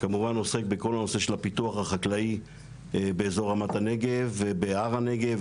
כמובן עוסק בכל הנושא של הפיתוח החקלאי באזור רמת הנגב ובהר הנגב,